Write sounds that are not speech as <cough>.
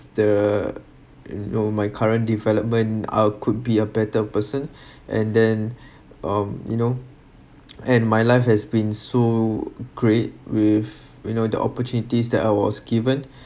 the you know my current development I'll could be a better person <breath> and then <breath> um you know <noise> and my life has been so great with you know the opportunities that I was given <breath>